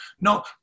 No